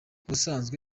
ubusanzwe